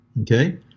Okay